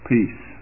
Peace